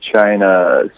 China